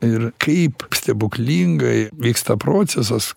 ir kaip stebuklingai vyksta procesas